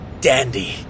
dandy